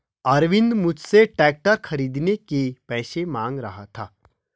अरविंद मुझसे ट्रैक्टर खरीदने के पैसे मांग रहा था